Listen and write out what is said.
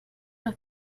noch